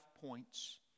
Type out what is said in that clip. points